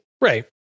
Right